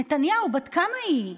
נתניהו: בת כמה היא?